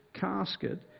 casket